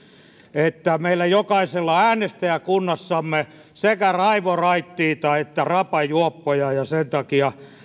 että meillä jokaisella äänestäjäkunnassamme on sekä raivoraittiita että rapajuoppoja ja sen takia